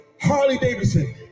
Harley-Davidson